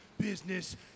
business